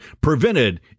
prevented